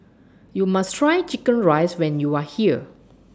YOU must Try Chicken Rice when YOU Are here